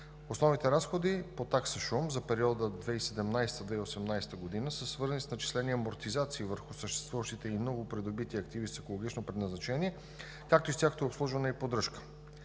Основните разходи по такса шум за периода 2017 г. – 2018 г. са свързани с начислени амортизации върху съществуващите и новопридобити активи с екологично предназначение, както и с тяхното обслужване и поддържка.